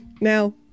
Now